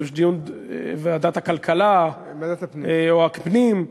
אני חושב שדיון בוועדת הכלכלה או הפנים,